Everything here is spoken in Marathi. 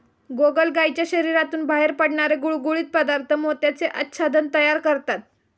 गोगलगायीच्या शरीरातून बाहेर पडणारे गुळगुळीत पदार्थ मोत्याचे आच्छादन तयार करतात